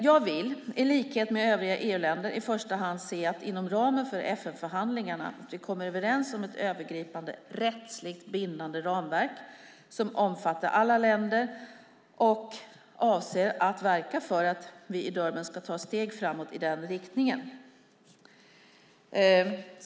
Jag vill i likhet med övriga EU-länder i första hand se att vi inom ramen för FN-förhandlingarna kommer överens om ett övergripande, rättsligt bindande ramverk som omfattar alla länder, och jag avser att verka för att vi i Durban ska ta steg framåt i den riktningen.